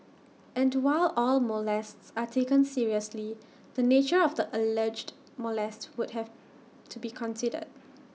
and while all molests are taken seriously the nature of the alleged molest would have to be considered